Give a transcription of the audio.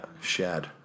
Shad